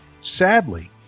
sadly